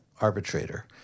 arbitrator